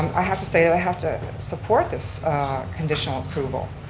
um i have to say that i have to support this conditional approval,